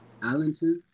Allenton